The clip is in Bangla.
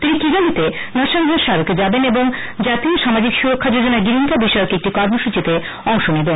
তিনি কিগালীতে নরসংহার স্মারকে যাবেন এবং জাতীয় সামাজিক সুরক্ষা যোজনা গিরিংকা বিষয়ক একটি কর্মসচিতে অংশ নেবেন